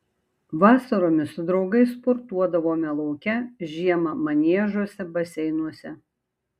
vasaromis su draugais sportuodavome lauke žiemą maniežuose baseinuose